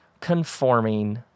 conforming